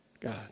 God